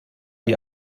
die